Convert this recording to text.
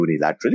unilaterally